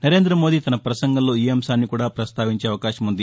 నరేంద్రమోదీ తన ప్రసంగంలో ఈ అంశాన్ని కూడా పస్తావించే అవకాశముంది